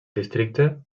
districte